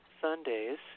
Sundays